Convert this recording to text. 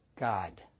God